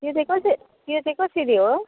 त्यो चाहिँ कस त्यो चाहिँ कसरी हो